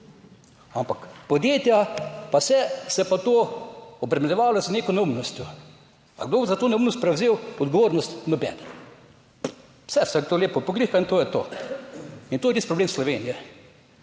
Ampak podjetja pa vse se je pa to obremenjevalo z neko neumnostjo. Pa kdo bo za to neumnost prevzel odgovornost? Noben. Vse to lepo pogliha in to je to. In to je res problem Slovenije,